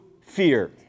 fear